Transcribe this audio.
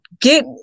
get